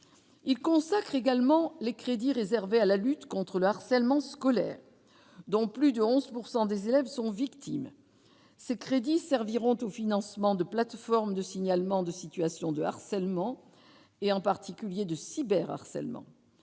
il consacre également les crédits réservés à la lutte contre le harcèlement scolaire dont plus de 11. Ce sont des élèves sont victimes ces crédits serviront au financement de plateforme de signalement de situations de harcèlement, et en particulier de cyber harcèlement